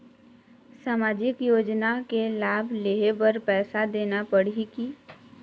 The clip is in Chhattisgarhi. सामाजिक योजना के लाभ लेहे बर पैसा देना पड़ही की?